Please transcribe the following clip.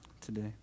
today